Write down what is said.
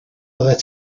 oeddet